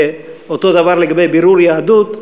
ואותו דבר לגבי בירור יהדות.